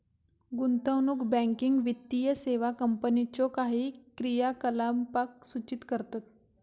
गुंतवणूक बँकिंग वित्तीय सेवा कंपनीच्यो काही क्रियाकलापांक सूचित करतत